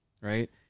right